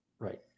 Right